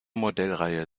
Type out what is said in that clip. modellreihe